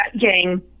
gang